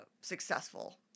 successful